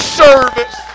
service